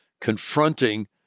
confronting